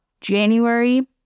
January